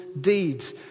deeds